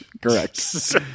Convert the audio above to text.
Correct